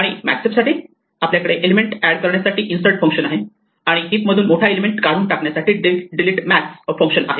आणि max heap साठी आपल्याकडे एलिमेंट एड करण्यासाठी इन्सर्ट फंक्शन आहे आणि हीप मधून मोठा एलिमेंट काढून टाकण्यासाठी डिलीट मॅक्स फंक्शन आहे